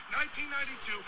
1992